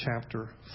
chapter